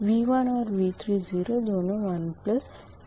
V1 और V30 दोनो 1 j 0 है